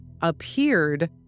appeared